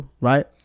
right